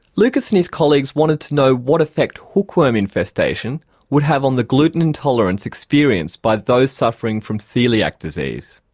loukas and his colleagues wanted to know what effect hookworm infestation would have on the gluten intolerance experienced by those suffering from coeliac disease.